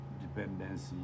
dependency